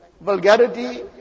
Vulgarity